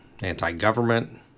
anti-government